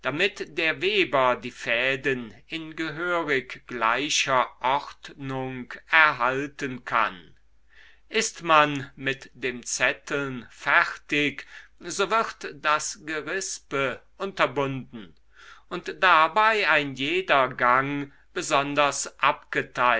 damit der weber die fäden in gehörig gleicher ordnung erhalten kann ist man mit dem zetteln fertig so wird das gerispe unterbunden und dabei ein jeder gang besonders abgeteilt